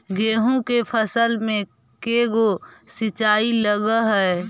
गेहूं के फसल मे के गो सिंचाई लग हय?